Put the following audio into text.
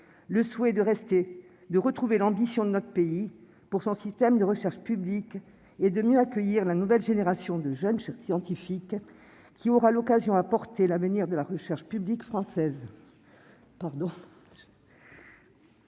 le souhait de retrouver l'ambition de notre pays pour son système de recherche publique et de mieux accueillir la nouvelle génération de jeunes scientifiques, qui aura vocation à porter l'avenir de la recherche publique française.